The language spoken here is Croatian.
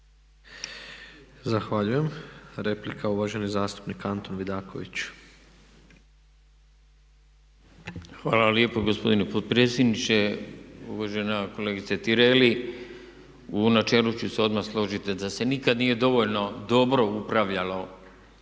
Zahvaljujem. Replika, uvaženi zastupnik Antun Vidaković.- **Vidaković, Antun (HDZ)** Hvala lijepa gospodine potpredsjedniče. Uvažena kolegice Tireli. U načelu ću se odmah složiti da se nikad nije dovoljno dobro upravljalo